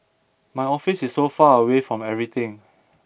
my office is so far away from everything